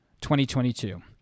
2022